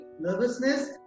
nervousness